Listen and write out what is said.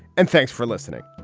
and thanks for listening